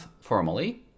formally